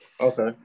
Okay